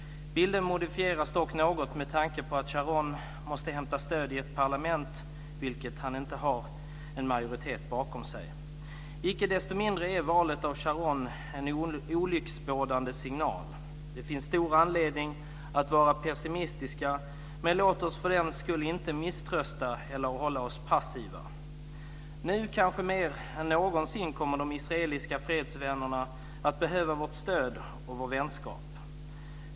Bilden modifieras dock något med tanke på att Sharon måste hämta stöd i ett parlament där han inte har en majoritet bakom sig. Icke desto mindre är valet av Sharon en olycksbådande signal. Det finns stor anledning att vara pessimistisk, men låt oss för den skull inte misströsta eller hålla oss passiva. Nu kanske mer än någonsin kommer de israeliska fredsvännerna att behöva vårt stöd och vår vänskap.